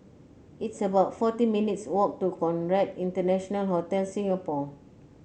it's about fourteen minutes' walk to Conrad International Hotel Singapore